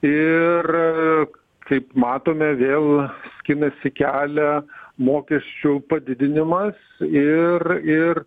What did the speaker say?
ir kaip matome vėl skinasi kelią mokesčių padidinimas ir ir